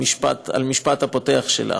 על המשפט הפותח שלך.